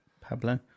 Pablo